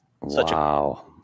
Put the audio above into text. Wow